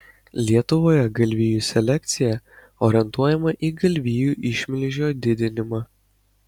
lietuvoje galvijų selekcija orientuojama į galvijų išmilžio didinimą